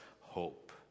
hope